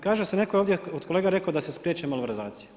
Kaže se, netko je ovdje od kolega rekao da se spriječe malverzacije.